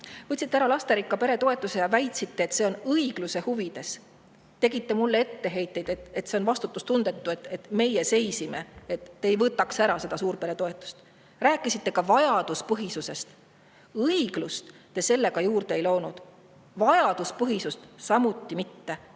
lisaks. … lasterikka pere toetuse ja väitsite, et see on õigluse huvides. Tegite mulle etteheiteid, et see on vastutustundetu, et meie seisime [selle eest], et te ei võtaks ära seda suurperetoetust. Rääkisite ka vajaduspõhisusest. Õiglust te sellega juurde ei loonud, vajaduspõhisust samuti mitte.